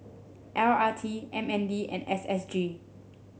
L R T M N D and S S G